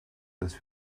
dass